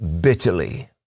bitterly